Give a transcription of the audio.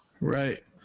right